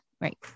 Right